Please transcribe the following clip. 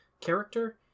character